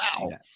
Wow